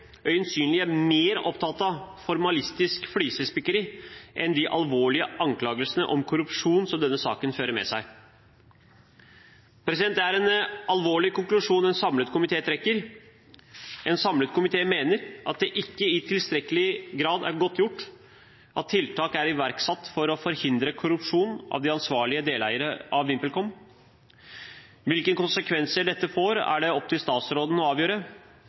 er mer opptatt av formalistisk flisespikkeri enn de alvorlige anklagene om korrupsjon som denne saken fører med seg. Det er en alvorlig konklusjon en samlet komité trekker. En samlet komité mener at det ikke i tilstrekkelig grad er godtgjort at tiltak er iverksatt for å forhindre korrupsjon av de ansvarlige deleiere av VimpelCom. Hvilke konsekvenser dette får, er det opp til statsråden å avgjøre